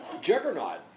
Juggernaut